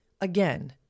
again